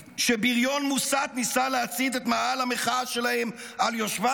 שבריון מוסת ניסה להצית את מאהל המחאה שלהם על יושביו?